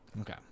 okay